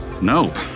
Nope